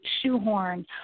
shoehorn